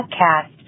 podcast